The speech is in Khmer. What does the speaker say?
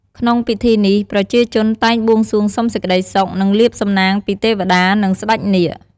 ក្នុងពិធីនេះ ប្រជាជនតែងបួងសួងសុំសេចក្តីសុខ និងលាភសំណាងពីទេវតា និង ស្តេចនាគ។